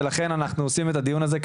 ולכן אנחנו עושים את הדיון הזה,